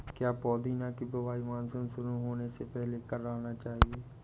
क्या पुदीना की बुवाई मानसून शुरू होने से पहले करना चाहिए?